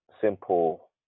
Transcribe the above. simple